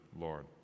Lord